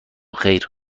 خیر